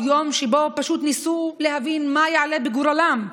יום שבו פשוט ניסו להבין מה יעלה בגורלם,